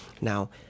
Now